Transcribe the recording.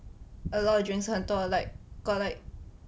a lot of drinks 很多 like got like